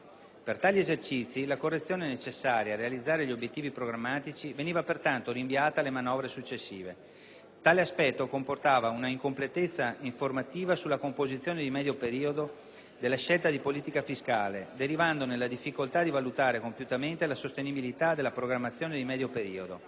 Per tali esercizi la correzione necessaria a realizzare gli obiettivi programmatici veniva, pertanto, rinviata alle manovre successive. Tale aspetto comportava una incompletezza informativa sulla composizione di medio periodo della scelta di politica fiscale, derivandone la difficoltà di valutare compiutamente la sostenibilità della programmazione di medio periodo.